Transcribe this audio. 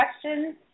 questions